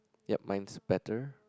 ya mine's better